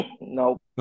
nope